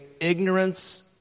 ignorance